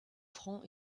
franc